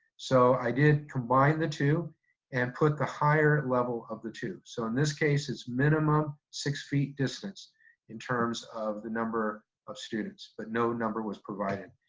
so i did combine the two and put the higher level of the two. so in this case it's minimum six feet distance in terms of the number of students, but no number was provided.